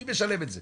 מי משלם את זה?